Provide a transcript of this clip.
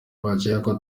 bakekwa